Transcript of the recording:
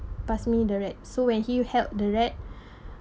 pass me the rat so when he held the rat